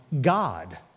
God